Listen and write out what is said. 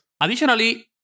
Additionally